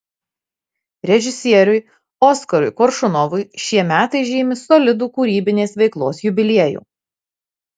režisieriui oskarui koršunovui šie metai žymi solidų kūrybinės veiklos jubiliejų